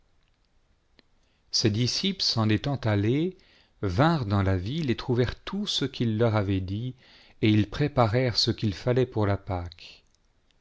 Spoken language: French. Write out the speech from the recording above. disciples s'en étant allés vinrent dans la ville et trouvèrent tout ce qu'il leur avait dit et ils préparèrent ce qu il fallait pour la pâque